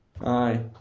Aye